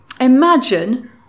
Imagine